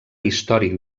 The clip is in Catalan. històric